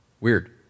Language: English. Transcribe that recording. Weird